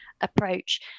approach